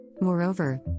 Moreover